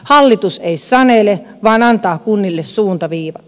hallitus ei sanele vaan antaa kunnille suuntaviivat